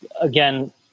again